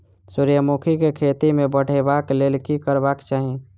सूर्यमुखी केँ खेती केँ बढ़ेबाक लेल की करबाक चाहि?